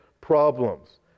problems